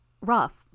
Rough